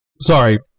Sorry